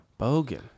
bogan